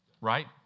Right